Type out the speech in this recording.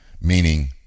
meaning